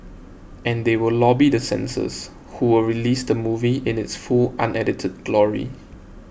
and they will lobby the censors who will release the movie in its full unedited glory